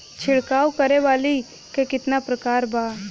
छिड़काव करे वाली क कितना प्रकार बा?